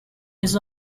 his